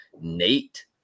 Nate